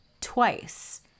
twice